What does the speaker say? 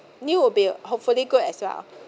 new will be hopefully good as well